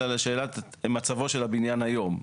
אלא לשאלת מצבו של הבניין היום,